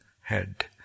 head